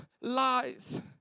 lies